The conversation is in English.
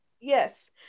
yes